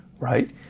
Right